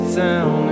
down